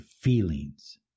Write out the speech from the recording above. feelings